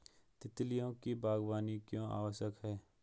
तितलियों की बागवानी क्यों आवश्यक है?